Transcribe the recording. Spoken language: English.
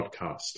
podcast